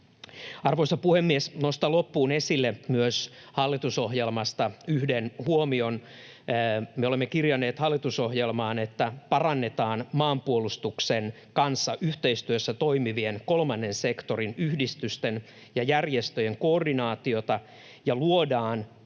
Arvoisa puhemies! Nostan loppuun esille myös hallitusohjelmasta yhden huomion. Me olemme kirjanneet hallitusohjelmaan, että parannetaan maanpuolustuksen kanssa yhteistyössä toimivien kolmannen sektorin yhdistysten ja järjestöjen koordinaatiota ja luodaan